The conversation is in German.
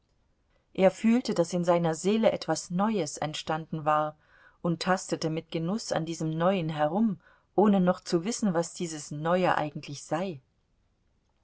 er fühlte daß in seiner seele etwas neues entstanden war und tastete mit genuß an diesem neuen herum ohne noch zu wissen was dieses neue eigentlich sei